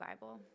Bible